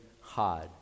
hard